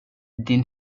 din